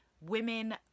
women